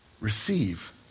Receive